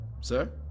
Sir